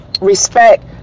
respect